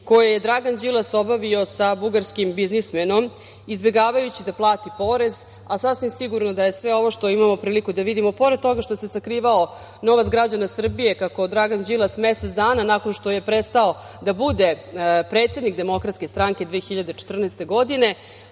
koje je Dragan Đilas obavio sa bugarskim biznismenom, izbegavajući da plati porez. Sasvim je sigurno da je sve ovo što imamo priliku da vidimo, pored toga što se sakrivao novac građana Srbije, Dragan Đilas mesec dana nakon što je prestao da bude predsednik Demokratske stranke 2014. godine,